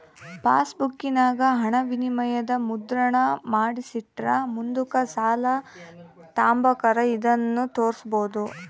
ಪಾಸ್ಬುಕ್ಕಿನಾಗ ಹಣವಿನಿಮಯದ ಮುದ್ರಣಾನ ಮಾಡಿಸಿಟ್ರ ಮುಂದುಕ್ ಸಾಲ ತಾಂಬಕಾರ ಇದನ್ನು ತೋರ್ಸ್ಬೋದು